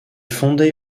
fondée